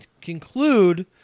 conclude